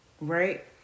right